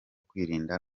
kwirinda